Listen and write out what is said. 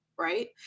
Right